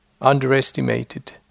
Underestimated